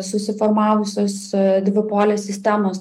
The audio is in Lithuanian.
susiformavusios dvipolės sistemos